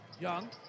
Young